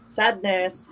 sadness